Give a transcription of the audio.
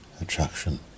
attraction